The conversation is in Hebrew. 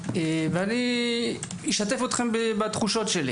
אשתף אתכם בתחושות שלי